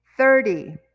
Thirty